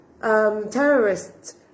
terrorists